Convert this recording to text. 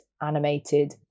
animated